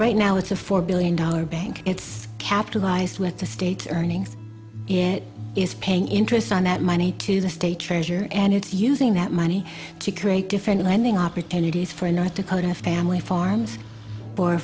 right now it's a four billion dollar bank it's capitalized with the state earning it is paying interest on that money to the state treasurer and it's using that money to create different lending opportunities for north dakota family farms for